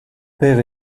père